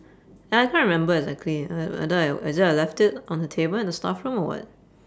I can't remember exactly a~ although I is it I left it on the table in the staff room or what